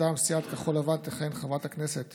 מטעם סיעת כחול לבן תכהן חברת הכנסת